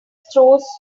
throws